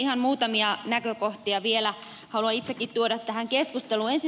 ihan muutamia näkökohtia vielä haluan itsekin tuoda tähän keskusteluun